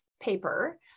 paper